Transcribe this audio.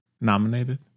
nominated